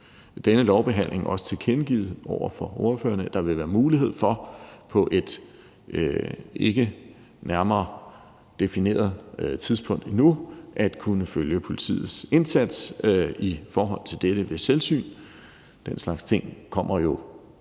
denne lovbehandling også tilkendegivet over for ordførerne, at der vil være mulighed for på et endnu ikke nærmere defineret tidspunkt at kunne følge politiets indsats i forhold til dette ved selvsyn. Den slags ting kommer jo